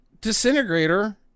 disintegrator